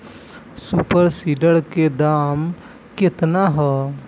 Super seeder के दाम केतना ह?